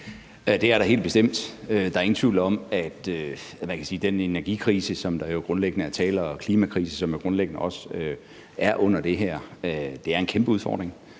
Det er der helt bestemt. Der er ingen tvivl om, at den energi- og klimakrise, som der grundlæggende også er under det her, er en kæmpe udfordring,